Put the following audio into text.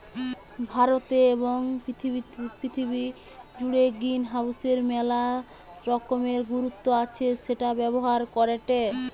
ভারতে এবং পৃথিবী জুড়ে গ্রিনহাউসের মেলা রকমের গুরুত্ব আছে সেটা ব্যবহার করেটে